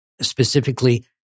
Specifically